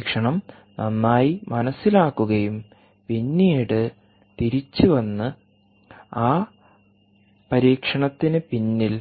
പരീക്ഷണം നന്നായി മനസിലാക്കുകയും പിന്നീട് തിരിച്ചുവന്ന് ആ പരീക്ഷണത്തിന് പിന്നിൽ